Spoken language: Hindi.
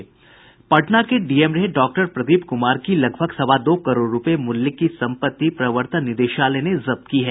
पटना के डीएम रहे डॉक्टर प्रदीप कुमार की लगभग सवा दो करोड़ रूपये मूल्य की संपत्ति प्रवर्तन निदेशालय ने जब्त की है